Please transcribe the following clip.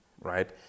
Right